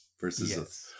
versus